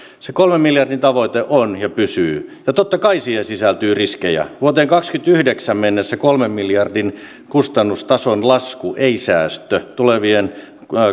se kolmen miljardin tavoite on ja pysyy totta kai siihen sisältyy riskejä vuoteen kahdessakymmenessäyhdeksässä mennessä kolmen miljardin kustannustason lasku ei säästö tulevien